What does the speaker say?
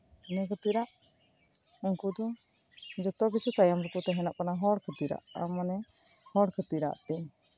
ᱤᱱᱟᱹ ᱠᱷᱟᱹᱛᱤᱨᱟᱜ ᱩᱱᱠᱩ ᱫᱚ ᱡᱷᱚᱛᱚ ᱠᱤᱪᱷᱩ ᱛᱟᱭᱱᱚᱢ ᱨᱮᱠᱚ ᱛᱟᱦᱮᱸ ᱱᱚᱜ ᱠᱟᱱᱟ ᱦᱚᱲ ᱠᱷᱟᱹᱛᱤᱨᱟᱜ ᱵᱟᱝ ᱢᱟᱱᱮ ᱦᱚᱲ ᱠᱷᱟᱹᱛᱤᱨᱟᱜᱛᱮ